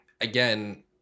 again